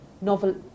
Novel